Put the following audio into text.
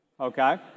okay